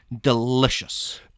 delicious